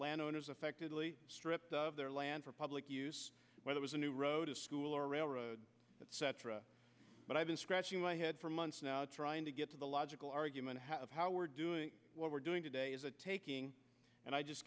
landowners affectedly stripped of their land for public use whether was a new road a school or railroad etc but i've been scratching my head for months now trying to get to the logical argument of how we're doing what we're doing today is a taking and i just